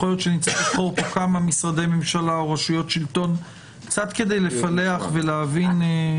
יכול להיות שנצטרך כמה משרדי משלה או רשויות שלטון כדי לפלח ולהבין.